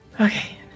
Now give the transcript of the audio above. Okay